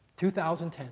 2010